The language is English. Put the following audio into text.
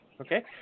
Okay